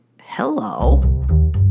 hello